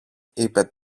είπε